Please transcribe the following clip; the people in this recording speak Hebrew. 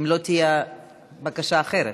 אם לא תהיה בקשה אחרת.